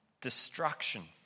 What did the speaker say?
destruction